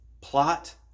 plot